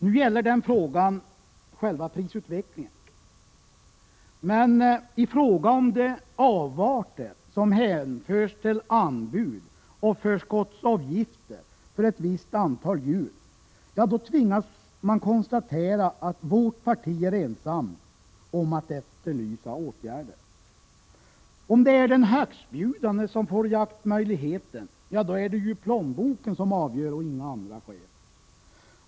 Nu gäller den frågan själva prisutvecklingen, men i fråga om de avarter som hänförs till anbud och förskottsavgifter för ett visst antal djur tvingas man konstatera att vårt parti är ensamt om att efterlysa åtgärder. Om det är den högstbjudande som får jaktmöjligheten, är det ju plånboken som avgör och inga andra skäl.